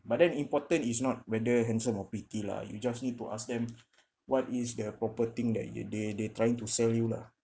but then important is not whether handsome or pretty lah you just need to ask them what is the proper thing that they they trying to sell you lah